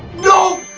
no!